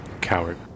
Coward